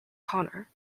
conor